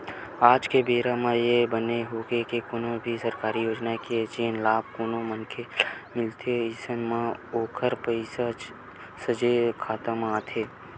आज के बेरा म ये बने होगे हे कोनो भी सरकारी योजना के जेन लाभ कोनो मनखे ल मिलथे अइसन म ओखर पइसा सोझ खाता म आथे